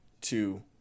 two